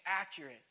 accurate